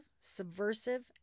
subversive